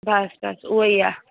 बसि बसि उहो ई आहे